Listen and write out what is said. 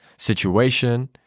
situation